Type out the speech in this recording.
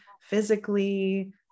physically